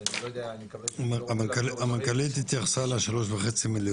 אז אני לא יודע --- המנכ"לית התייחסה לשלוש שלושים שהגיעו,